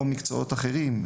או מקצועות אחרים.